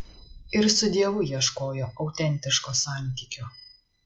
ir su dievu ieškojo autentiško santykio